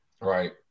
right